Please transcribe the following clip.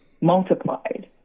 multiplied